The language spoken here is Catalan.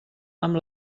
amb